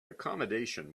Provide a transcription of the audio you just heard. accommodation